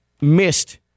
missed